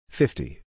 fifty